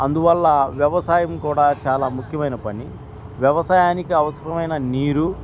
అందువల్ల వ్యవసాయం కూడా చాలా ముఖ్యమైన పని వ్యవసాయానికి అవసకమైన నీరు